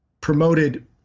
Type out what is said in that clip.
promoted